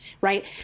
right